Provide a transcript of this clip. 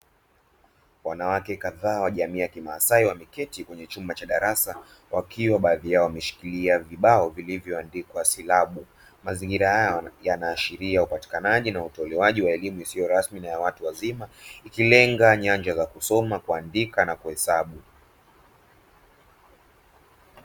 Wanawake kadhaa wa jamii ya kimasai wameketi kwenye chumba cha darasa, wakiwa baadhi yao wameshikilia vibao vilivyoandikwa silabu. Mazingira haya yanaashiria upatikanaji na utolewaji wa elimu isiyo rasmi na ya watu wazima ikilenga nyanja za kusoma, kuandika na kuhesabu.